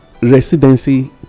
residency